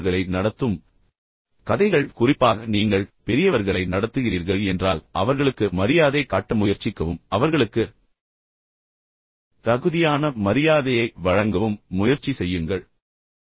எனவே இவை மற்றவர்களை நடத்தும் கதைகள் குறிப்பாக நீங்கள் பெரியவர்களை நடத்துகிறீர்கள் என்றால் அவர்களுக்கு மரியாதை காட்ட முயற்சிக்கவும் அவர்களுக்கு உண்மையில் தகுதியான மரியாதையை வழங்கவும் முயற்சி செய்யுங்கள்